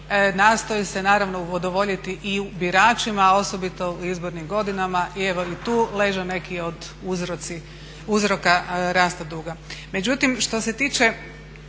nastoji se naravno udovoljiti i biračima, a osobito u izbornim godinama. I evo i tu leže neki od uzroka rasta duga.